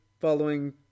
following